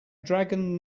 dragon